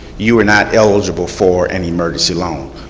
you are not eligible for an emergency loan.